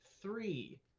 three